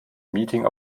meeting